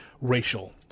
racial